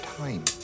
time